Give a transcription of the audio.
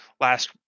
last